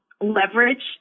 leverage